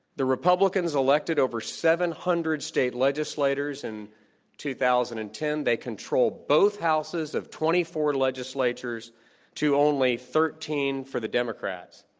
the republicans elected over seven hundred state legislators in two thousand and ten. they controlled both houses of twenty four legislatures to only thirteen for the democrats.